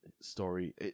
story